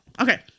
Okay